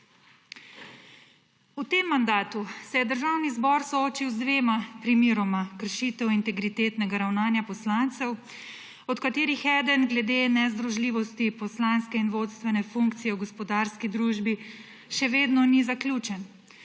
V tem mandatu se je Državni zbor soočil z dvema primeroma kršitev integritetnega ravnanja poslancev, od katerih eden glede nezdružljivosti poslanske in vodstvene funkcije v gospodarski družbi še vedno ni zaključen,